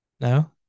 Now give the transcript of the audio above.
No